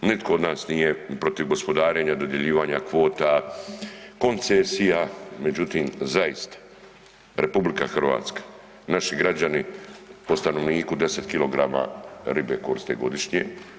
Nitko od nas nije protiv gospodarenja, dodjeljivanja kvota, koncesija, međutim zaista RH, naši građani po stanovniku 10 kg ribe koriste godišnje.